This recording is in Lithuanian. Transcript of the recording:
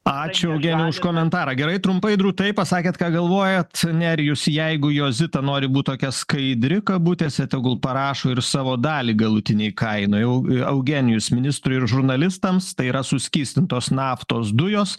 ačiū eugenijau už komentarą gerai trumpai drūtai pasakėt ką galvojat nerijus jeigu jozita nori būt tokia skaidri kabutėse tegul parašo ir savo dalį galutinėj kainoj eu eugenijus ministrui ir žurnalistams tai yra suskystintos naftos dujos